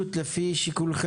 השנייה, לפי שיקולכם.